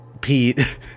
Pete